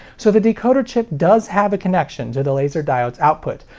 so the decoder chip does have a connection to the laser diode's output,